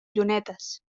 llunetes